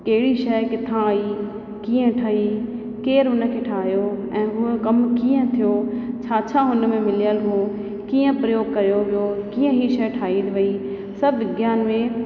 कहिड़ी शइ किथां आई कीअं ठही केरु हुन खे ठाहियो ऐं हूअ कमु कीअं थियो छा छा उन में मिलयल हो कीअं प्रयोग कयो वियो कीअं हीअ शइ ठाही वई सभु विज्ञान में